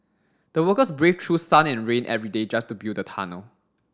the workers braved through sun and rain every day just to build the tunnel